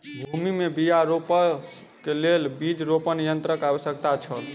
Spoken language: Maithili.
भूमि में बीया रोपअ के लेल बीज रोपण यन्त्रक आवश्यकता छल